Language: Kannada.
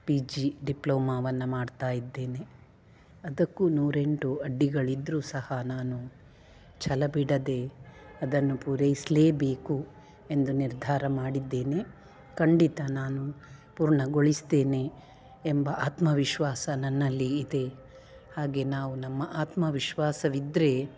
ಪಿ ಜಿ ಡಿಪ್ಲೊಮವನ್ನು ಮಾಡ್ತಾ ಇದ್ದೇನೆ ಅದಕ್ಕೂ ನೂರೆಂಟು ಅಡ್ಡಿಗಳಿದ್ದರು ಸಹ ನಾನು ಛಲ ಬಿಡದೆ ಅದನ್ನು ಪೂರೈಸಲೇಬೇಕು ಎಂದು ನಿರ್ಧಾರ ಮಾಡಿದ್ದೇನೆ ಖಂಡಿತ ನಾನು ಪೂರ್ಣಗೊಳಿಸ್ತೇನೆ ಎಂಬ ಆತ್ಮವಿಶ್ವಾಸ ನನ್ನಲ್ಲಿ ಇದೆ ಹಾಗೆ ನಾವು ನಮ್ಮ ಆತ್ವವಿಶ್ವಾಸವಿದ್ದರೆ